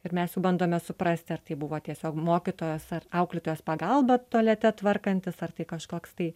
ir mes jau bandome suprast ar tai buvo tiesiog mokytojos ar auklėtojos pagalba tualete tvarkantis ar tai kažkoks tai